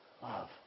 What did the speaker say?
Love